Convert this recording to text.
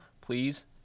please